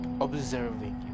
observing